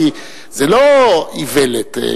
כי זו לא איוולת.